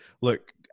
look